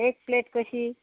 एक प्लेट कशी